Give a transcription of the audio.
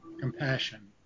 compassion